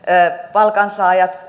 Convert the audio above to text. palkansaajat